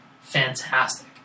fantastic